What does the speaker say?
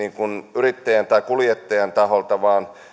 yrittäjän tai kuljettajan taholta vaan